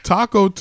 Taco